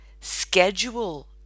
schedule